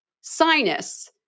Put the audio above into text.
Sinus